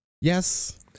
Yes